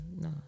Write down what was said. No